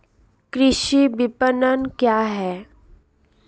कृषि विपणन क्या है?